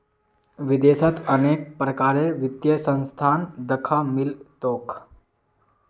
विदेशत अनेक प्रकारेर वित्तीय संस्थान दख्वा मिल तोक